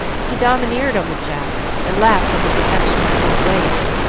he domineered over jack and laughed at his affectionate little ways,